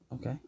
Okay